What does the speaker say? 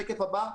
בשקף הבא: